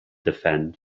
defend